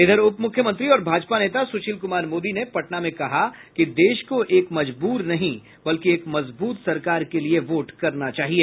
इधर उपमुख्यमंत्री और भाजपा नेता सुशील कुमार मोदी ने पटना में कहा कि देश को एक मजबूर नहीं बल्कि एक मजबूत सरकार के लिए वोट करना चाहिए